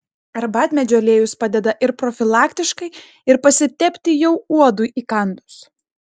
arbatmedžio aliejus padeda ir profilaktiškai ir pasitepti jau uodui įkandus